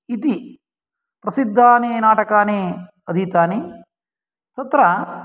इति प्रसिद्धानि नाटकानि अधीतानि तत्र